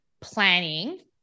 planning